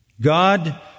God